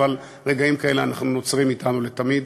אבל רגעים כאלו אנחנו נוצרים אתנו לתמיד.